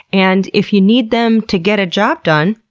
and if you need them to get a job done,